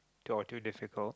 or too difficult